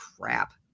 crap